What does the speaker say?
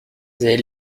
they